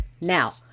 Now